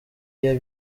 iyo